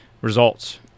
Results